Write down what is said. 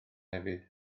hefyd